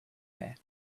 air